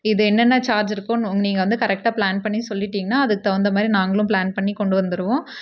இது என்னென்ன சார்ஜு இருக்குதுன்னு நீங்கள் வந்து கரெக்டாக ப்ளான் பண்ணி சொல்லிட்டீங்கனால் அதுக்குத் தகுந்த மாதிரி நாங்களும் ப்ளான் பண்ணிக் கொண்டு வந்துடுவோம்